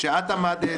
שאת עמדת